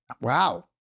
Wow